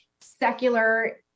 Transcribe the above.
secular